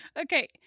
Okay